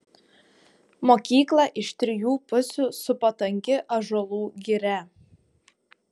mokyklą iš trijų pusių supo tanki ąžuolų giria